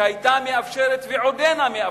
שהיתה מאפשרת, ועודנה מאפשרת,